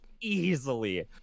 easily